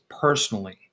personally